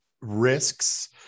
risks